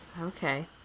Okay